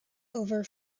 over